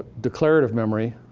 declarative memory,